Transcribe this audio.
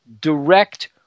direct